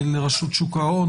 לרשות שוק ההון